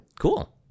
cool